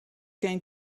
going